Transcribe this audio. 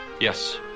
Yes